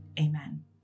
Amen